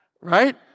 Right